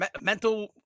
mental